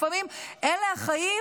לפעמים אלה החיים,